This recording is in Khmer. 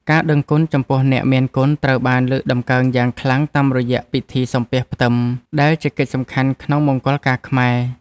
ការដឹងគុណចំពោះអ្នកមានគុណត្រូវបានលើកតម្កើងយ៉ាងខ្លាំងតាមរយៈពិធីសំពះផ្ទឹមដែលជាកិច្ចសំខាន់ក្នុងមង្គលការខ្មែរ។